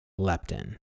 leptin